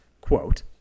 quote